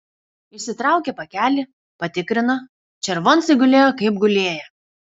išsitraukė pakelį patikrino červoncai gulėjo kaip gulėję